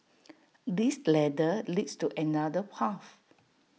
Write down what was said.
this ladder leads to another path